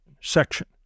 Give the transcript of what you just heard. section